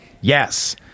Yes